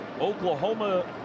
Oklahoma